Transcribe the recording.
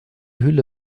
hülle